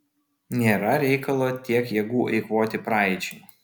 nėra reikalo tiek jėgų eikvoti praeičiai